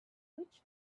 which